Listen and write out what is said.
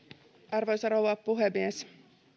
arvoisa rouva puhemies